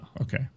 okay